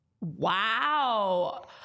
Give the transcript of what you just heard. Wow